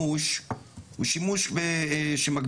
אני רוצה להתייחס לאיך משתמשים בו.